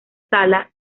sala